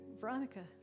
Veronica